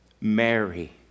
Mary